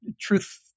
truth